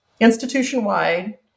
institution-wide